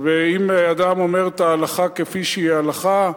ואם אדם אומר את ההלכה כפי שהיא הלכה,